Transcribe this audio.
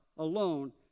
alone